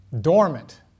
Dormant